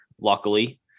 luckily